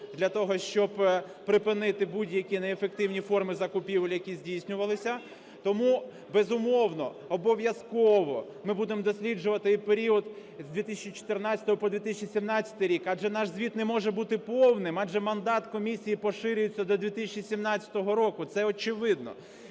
для того, щоб припинити будь-які неефективні форми закупівель, які здійснювалися. Тому безумовно, обов'язково ми будемо досліджувати і період з 2014 по 2017 рік, адже наш звіт не може бути повним, адже мандат комісії поширюється до 2017 року, це очевидно.